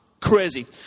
Crazy